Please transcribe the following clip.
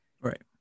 Right